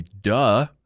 duh